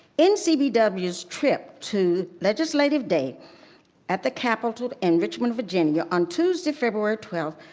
in cbw's trip to legislative day at the capitol in richmond, virginia, on tuesday, february twelfth,